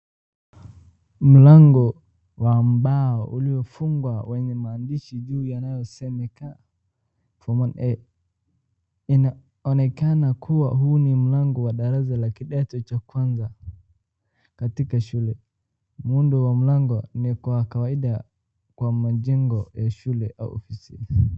Mlango wa mbao uliofungwa wenye maandishi juu yanasemeka form 1 R , inaonekana kuwa huu ni mlango wa kidato cha kwanza katika shule ,muundo wa mlango ni kwa kawaida kwa majengo ya shule au ofisi.